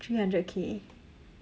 three hundred K